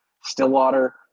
Stillwater